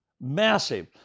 Massive